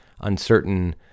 uncertain